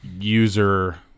user